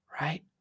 right